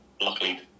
luckily